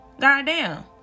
goddamn